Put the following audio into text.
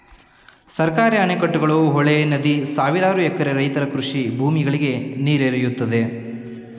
ಸರ್ಕಾರಿ ಅಣೆಕಟ್ಟುಗಳು, ಹೊಳೆ, ನದಿ ಸಾವಿರಾರು ಎಕರೆ ರೈತರ ಕೃಷಿ ಭೂಮಿಗಳಿಗೆ ನೀರೆರೆಯುತ್ತದೆ